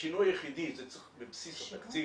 השינוי היחידי זה שצריך בבסיס התקציב